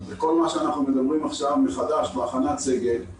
וכל מה שאנחנו מדברים עכשיו מחדש בהכנסת סגל,